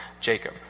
Jacob